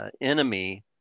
enemy